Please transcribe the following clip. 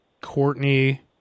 Courtney